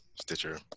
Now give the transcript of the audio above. Stitcher